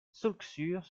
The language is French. saulxures